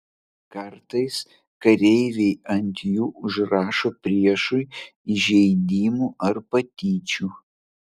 kartais kareiviai ant jų užrašo priešui įžeidimų ar patyčių